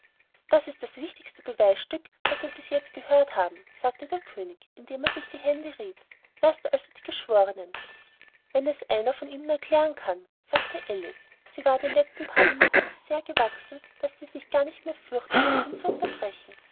das ist das wichtigste beweisstück das wir bis jetzt gehört haben sagte der könig indem er sich die hände rieb laßt also die geschwornen wenn es einer von ihnen erklären kann sagte alice sie war die letzten paar minuten so sehr gewachsen daß sie sich gar nicht fürchtete ihn zu unterbrechen